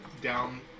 down